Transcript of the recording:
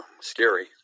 scary